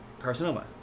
carcinoma